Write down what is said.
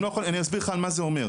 הם לא יכולים, אני אסביר לך מה זה אומר.